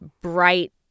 bright